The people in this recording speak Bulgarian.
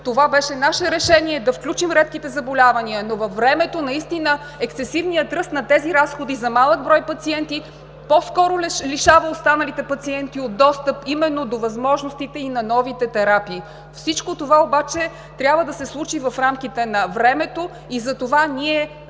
Това беше наше решение да включим редките заболявания, но във времето наистина ексцесивният ръст на тези разходи за малък брой пациенти по-скоро лишава останалите пациенти от достъп именно до възможностите и на новите терапии. Всичко това обаче трябва да се случи в рамките на времето и затова ние налагаме